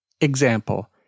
Example